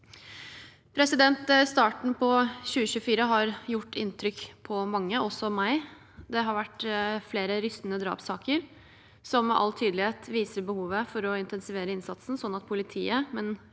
måte. Starten av 2024 har gjort inntrykk på mange, også meg. Det har vært flere rystende drapssaker som med all tydelighet viser behovet for å intensivere innsatsen, sånn at politiet